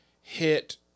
hit